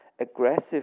aggressive